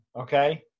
okay